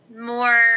more